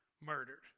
murdered